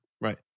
Right